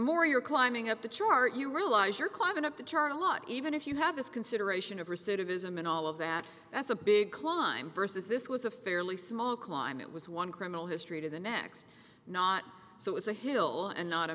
more you're climbing up the chart you realize you're climbing up the chart a lot even if you have this consideration of recidivism and all of that that's a big climb versus this was a fairly small climate was one criminal history to the next not so it's a hill and not a